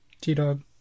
T-Dog